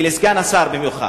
ואצל סגן השר במיוחד.